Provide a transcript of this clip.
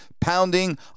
pounding